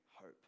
hope